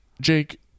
Jake